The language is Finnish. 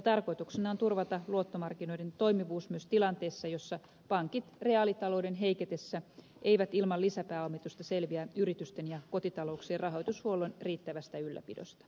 tarkoituksena on turvata luottomarkkinoiden toimivuus myös tilanteessa jossa pankit reaalitalouden heiketessä eivät ilman lisäpääomitusta selviä yritysten ja kotitalouksien rahoitushuollon riittävästä ylläpidosta